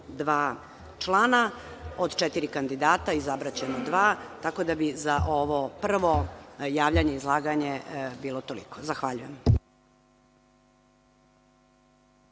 dva člana. Od četiri kandidata izabraćemo dva, tako da bi za ovo prvo javljanje, izlaganje bilo toliko. Zahvaljujem.